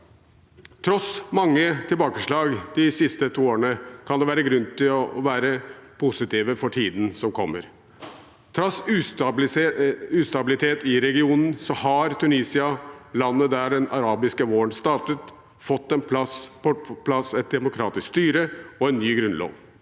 Tross mange tilbakeslag de to siste årene kan det være grunn til å være positiv for tiden som kommer. Trass ustabilitet i regionen har Tunisia, landet der den arabiske våren startet, fått på plass et demokratisk styre og en ny grunnlov.